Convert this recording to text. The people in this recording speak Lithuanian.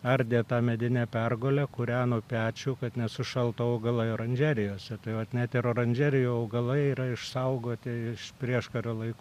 ardė tą medinę pergulę kūreno pečių kad nesušaltų augalai oranžerijose tai vat oranžerijų augalai yra išsaugoti iš prieškario laikų